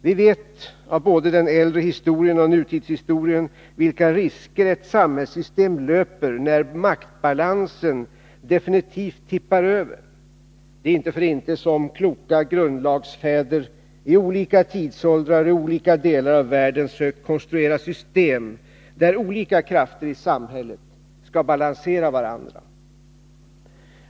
Vi vet av både den äldre historien och nutidshistorien vilka risker ett samhällssystem löper när maktbalansen definitivt tippar över. Det är inte för inte som kloka grundlagsfäder i olika tidsåldrar och i olika delar av världen sökt konstruera system där olika krafter i samhället balanserar varandra.